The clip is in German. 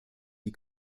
die